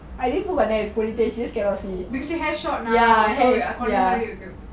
makes your hair short ah கொண்ட மாறி இருக்கு:konda maari iruku